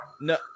No